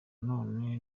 none